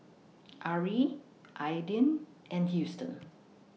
Arrie Aydin and Huston